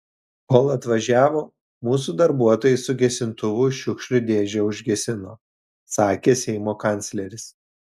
kol atvažiavo mūsų darbuotojai su gesintuvu šiukšlių dėžę užgesino sakė seimo kancleris